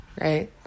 right